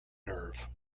nerve